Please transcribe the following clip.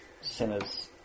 sinners